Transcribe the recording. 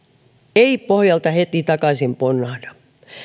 ei pohjalta heti takaisin ponnahda